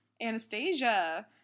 Anastasia